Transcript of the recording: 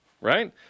right